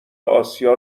آسیا